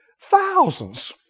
thousands